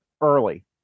early